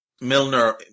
Milner